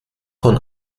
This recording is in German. von